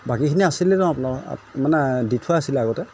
বাকীখিনি আছিলে ন আপোনাৰ মানে দি থোৱা আছিলে আগতে